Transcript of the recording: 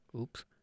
Oops